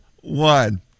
One